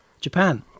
Japan